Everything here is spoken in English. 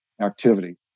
activity